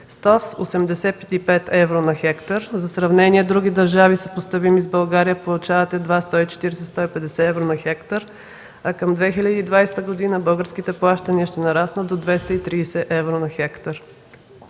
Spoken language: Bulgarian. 185 евро/хектар. За сравнение други държави, съпоставими с България, получават едва 140-150 евро/хектар, а към 2020 г. българските плащания ще нараснат до 230 евро/хектар